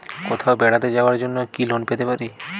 কোথাও বেড়াতে যাওয়ার জন্য কি লোন পেতে পারি?